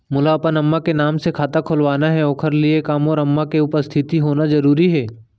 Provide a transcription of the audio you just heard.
मोला अपन अम्मा के नाम से खाता खोलवाना हे ओखर लिए का मोर अम्मा के उपस्थित होना जरूरी हे?